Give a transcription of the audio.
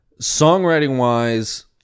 songwriting-wise